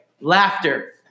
laughter